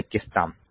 ను లెక్కిస్తాము